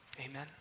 Amen